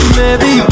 baby